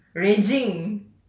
raging